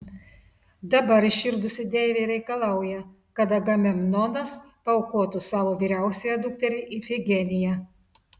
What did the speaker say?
dabar įširdusi deivė reikalauja kad agamemnonas paaukotų savo vyriausiąją dukterį ifigeniją